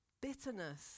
bitterness